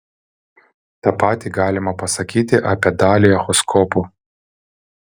tą patį galima pasakyti apie dalį echoskopų